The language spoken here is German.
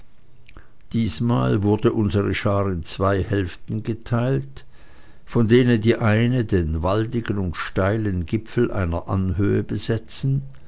diesmal wurde unsere schar in zwei hälften geteilt von denen die eine den waldigen und steilen gipfel einer anhöhe besetzen